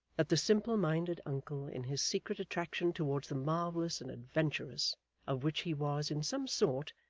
that the simple-minded uncle in his secret attraction towards the marvellous and adventurous of which he was, in some sort,